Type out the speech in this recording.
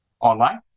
online